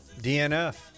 DNF